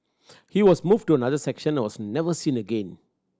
he was moved to another section and was never seen again